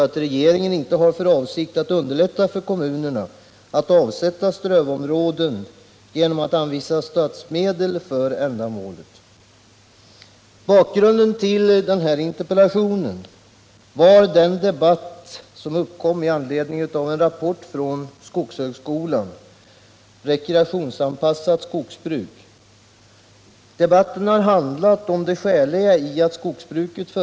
I tidigare samhällsutveckling har vi skapat system som reglerar andra former som hotat vårt landskap och vår miljö, exempelvis i byggnadsoch hälsovårds-, miljöoch naturvårdslagstiftningarna. Här har vi accepterat inskränkningar i den enskilda äganderätten och profitjakten för att tillgodose allmänna intressen utan att godta ersättningsanspråk från dem som drabbas av dessa inskränkningar.